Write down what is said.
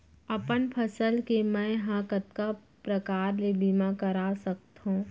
अपन फसल के मै ह कतका प्रकार ले बीमा करा सकथो?